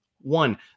One